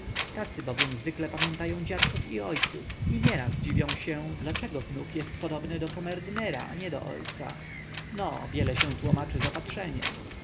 tacy bowiem zwykle pamiętają dziadów i ojców i nieraz dziwią się dlaczego wnuk jest podobny do kamerdynera a nie do ojca no wiele się tłomaczy zapatrzeniem